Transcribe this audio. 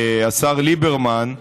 השר ליברמן,